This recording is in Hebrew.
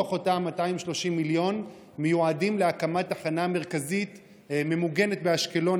מתוך אותם 230 מיליון מיועדים להקמת תחנה מרכזית ממוגנת באשקלון.